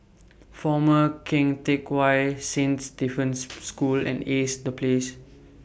Former Keng Teck Whay Saint Stephen's School and Ace The Place